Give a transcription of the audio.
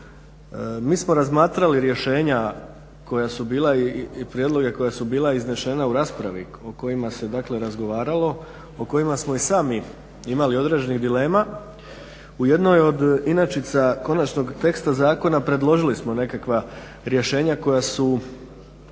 su bila i prijedloge koji su bili izneseni u raspravi, o kojima se dakle razgovaralo, o kojima smo i sami imali određenih dilema, u jednoj od inačica konačnog teksta zakona predložili smo nekakva rješenja koja su